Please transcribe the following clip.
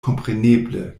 kompreneble